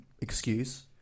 excuse